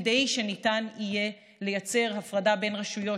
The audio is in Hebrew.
כדי שניתן יהיה לייצר הפרדה בין הרשויות.